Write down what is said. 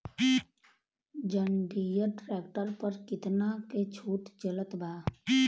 जंडियर tractor पर कितना के छूट चलत बा?